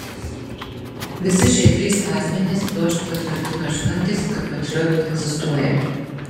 visi šie trys asmenys dožd patvirtino žinantys kad patriot egzistuoja